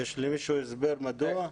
יש למישה הסבר מדוע?